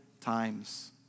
times